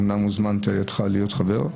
אומנם הוזמנתי על ידך להיות חבר,